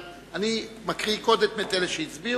אבל אני מקריא קודם את אלה שהצביעו.